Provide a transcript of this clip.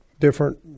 different